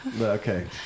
okay